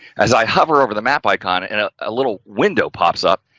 as i hover over the map icon and a ah little window pops up,